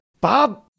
Bob